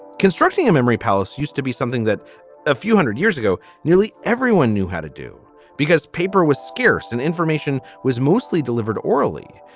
constructing a memory palace used to be something that a few hundred years ago nearly everyone knew how to do because paper was scarce and information was mostly delivered orally.